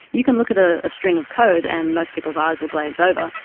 you can look at a string of code and most people's eyes will glaze over,